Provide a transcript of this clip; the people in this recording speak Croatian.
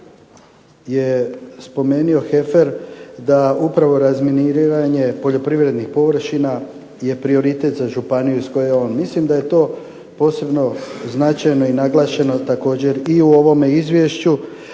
je spomenuo Heffer da upravo razminiranje poljoprivrednih površina je prioritet za županiju iz koje je on. Mislim da je to posebno značajno i naglašeno također i u ovome izvješću